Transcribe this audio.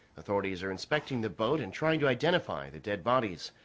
authorities are inspecting the boat. and trying to identify the dead bodies.